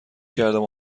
کردم